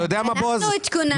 אנחנו התכוננו.